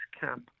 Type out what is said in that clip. camp